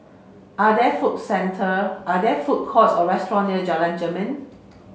are there food centre are there food courts or restaurant near Jalan Jermin